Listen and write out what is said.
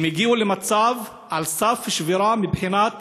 הם הגיעו למצב, על סף שבירה מבחינת